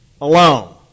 alone